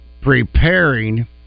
preparing